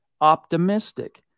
optimistic